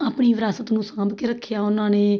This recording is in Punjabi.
ਆਪਣੀ ਵਿਰਾਸਤ ਨੂੰ ਸਾਂਭ ਕੇ ਰੱਖਿਆ ਉਹਨਾਂ ਨੇ